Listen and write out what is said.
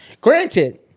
Granted